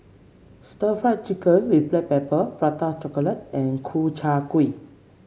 stir Fry Chicken with Black Pepper Prata Chocolate and Ku Chai Kuih